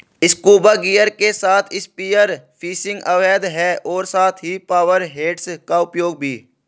scuba gear के साथ spear fishing अवैध है और साथ ही पावर हेड्स का उपयोग भी